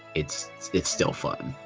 it's it's still fun.